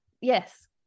yes